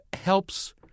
helps